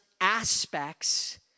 aspects